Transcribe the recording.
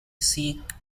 seek